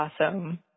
awesome